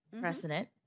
precedent